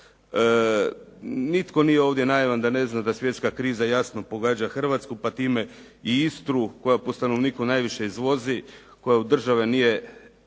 Nitko nije ovdje naivan da ne zna da svjetska kriza jasno pogađa Hrvatsku pa time i Istru koja po stanovniku najviše izvozi, koja od države nije dobila